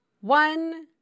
One